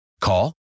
Call